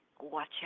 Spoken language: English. Watch